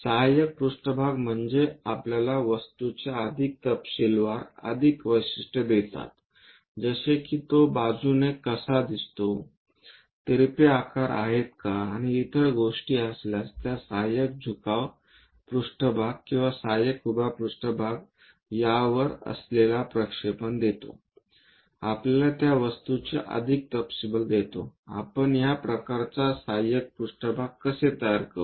सहाय्यक पृष्ठभाग म्हणजे आपल्याला वस्तूचे अधिक तपशीलवार अधिक वैशिष्ट्ये देतात जसे कि बाजूने तो कसा दिसतो तिरपे आकार आहेत का आणि इतर गोष्टी असल्यास त्या सहाय्यक झुकाव पृष्ठभाग किंवा सहाय्यक उभा पृष्ठभाग यावर असलेला प्रक्षेपण देतो आपल्याला त्या वस्तू चा अधिक तपशील देते आपण या प्रकारच्या सहाय्यक पृष्ठभाग कसे तयार करू